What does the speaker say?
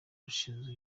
rushinzwe